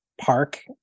Park